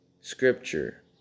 scripture